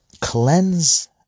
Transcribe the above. cleanse